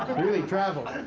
really traveled.